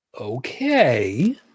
okay